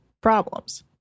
problems